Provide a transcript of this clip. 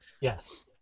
Yes